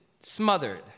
smothered